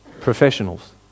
Professionals